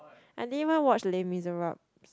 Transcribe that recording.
i didn't even watch les miserables